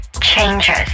changes